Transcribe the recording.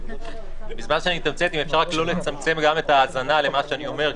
אם אפשר רק לא לצמצם את ההאזנה למה שאני אומר.